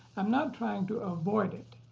i'm not trying to avoid it.